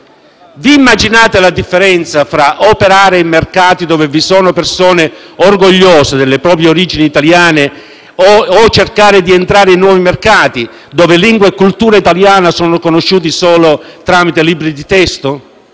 Immaginate la differenza tra operare in mercati dove vi sono persone orgogliose delle proprie origini italiane o cercare di entrare in nuovi mercati dove lingua e cultura italiana sono conosciuti solo tramite libri di testo?